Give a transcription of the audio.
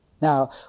Now